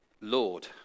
Lord